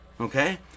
okay